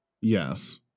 Yes